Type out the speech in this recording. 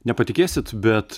nepatikėsit bet